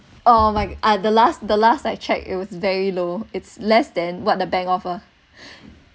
or like ah the last the last I checked it was very low it's less than what the bank offer